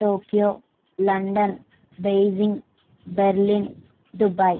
Tokyo London Beijing Berlin Dubai